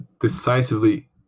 decisively